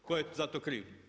Tko je za to kriv?